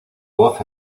voz